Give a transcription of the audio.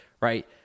right